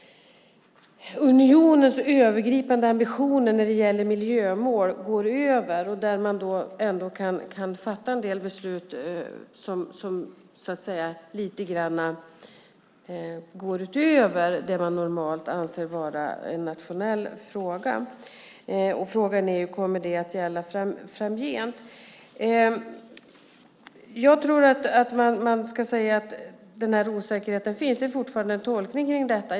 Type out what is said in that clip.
Unionens övergripande ambitioner när det gäller miljömål går utöver. Man kan ändå fatta en del beslut som går lite utöver det man normalt anser vara en nationell fråga. Frågan är om det kommer att gälla framgent. Jag tror att man ska säga att den här osäkerheten finns. Det handlar fortfarande om en tolkning av detta.